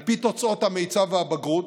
על פי תוצאות המיצ"ב והבגרות,